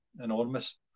enormous